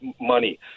money